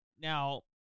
Now